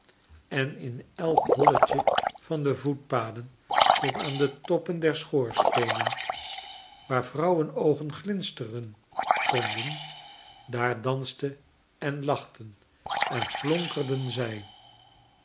en in elk holletje van de voetpaden tot aan de toppen der schoorsteenen waar vrouwenoogen glinsteren konden daar dansten en lachten en flonkerden zij